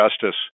Justice